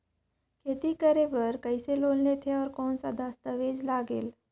खेती करे बर कइसे लोन लेथे और कौन दस्तावेज लगेल?